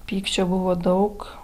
pykčio buvo daug